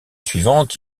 suivante